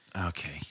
Okay